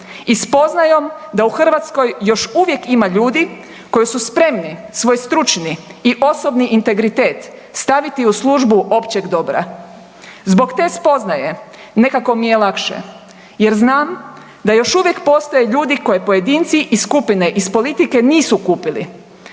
i spoznajom da u Hrvatskoj još uvijek ima ljudi koji su spremni svoj stručni i osobni integritet staviti u službu općeg dobra. Zbog te spoznaje nekako mi je lakše, jer znam da još uvijek postoje ljudi koje pojedinci i skupine iz politike nisu kupili,